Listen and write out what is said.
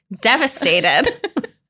devastated